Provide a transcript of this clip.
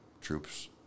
troops